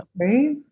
Right